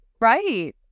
Right